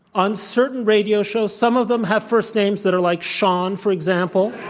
on certain radio shows, some of them have first names that are like sean, for example,